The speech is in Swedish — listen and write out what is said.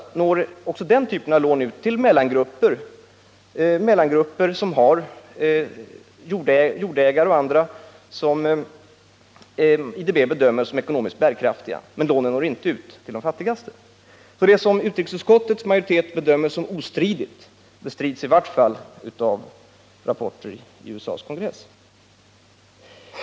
Den typen av lån når ut till mellangrupper — jordägare och andra — som IDB bedömer som ekonomiskt bärkraftiga, men lånen når alltså inte ut till de fattigaste människorna. Det som utrikesutskottets majoritet bedömer som ostridigt bestrids sålunda i varje fall av rapporter i USA:s kongress.